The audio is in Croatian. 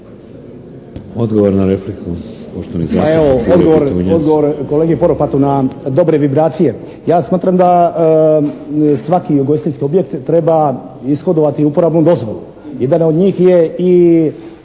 Odgovor na repliku.